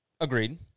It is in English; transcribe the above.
Agreed